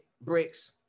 bricks